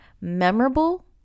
memorable